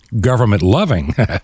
Government-loving